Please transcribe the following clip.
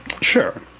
Sure